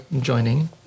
joining